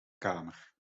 kamer